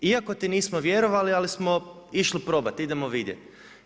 Iako ti nismo vjerovali, ali smo išli probati, idemo vidjeti.